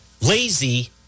lazy